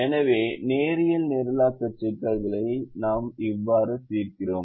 எனவே நேரியல் நிரலாக்க சிக்கல்களை நாம் இவ்வாறு தீர்க்கிறோம்